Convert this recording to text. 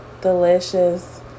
delicious